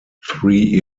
three